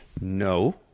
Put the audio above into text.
No